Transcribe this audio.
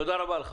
תודה רבה לך.